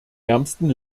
ärmsten